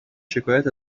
شکایت